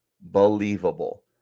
believable